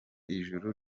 ijuru